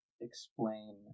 explain